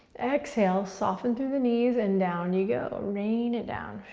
exhale, soften through the knees, and down you go. rain it down.